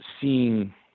seeing